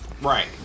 Right